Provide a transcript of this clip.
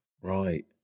Right